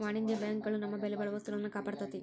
ವಾಣಿಜ್ಯ ಬ್ಯಾಂಕ್ ಗಳು ನಮ್ಮ ಬೆಲೆಬಾಳೊ ವಸ್ತುಗಳ್ನ ಕಾಪಾಡ್ತೆತಿ